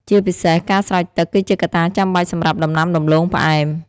ជាពិសេស ការស្រោចទឹក គឺជាកត្តាចាំបាច់សម្រាប់ដំណាំដំឡូងផ្អែម។